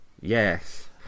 Yes